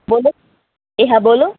બોલો એ હા બોલો